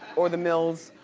or the mills.